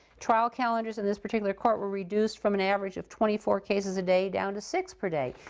trial calendars and this particular court were reduced from an average of twenty four cases a day down to six per day,